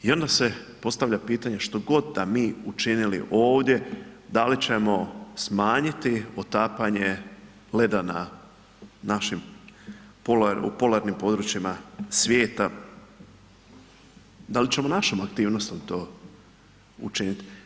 I onda se postavlja pitanje što god da mi učinili ovdje da li ćemo smanjiti otapanje leda na našim polarnim područjima svijeta, da li ćemo našim aktivnostima to učiniti?